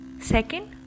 Second